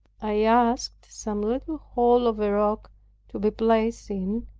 i asked some little hole of a rock to be placed in,